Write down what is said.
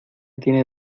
tiene